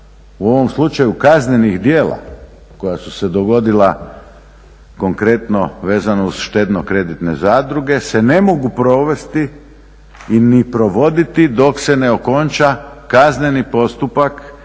u ovom slučaju kaznenih djela koja su se dogodila konkretno vezano uz štedno-kreditne zadruge se ne mogu provesti i ni provoditi dok se ne okonča kazneni postupak,